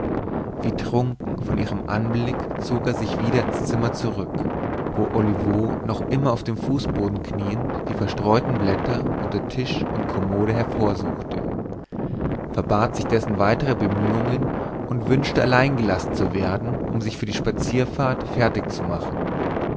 wie trunken von ihrem anblick zog er sich wieder ins zimmer zurück wo olivo noch immer auf dem fußboden kniend die verstreuten blätter unter tisch und kommode hervorsuchte verbat sich dessen weitere bemühungen und wünschte allein gelassen zu werden um sich für die spazierfahrt fertigzumachen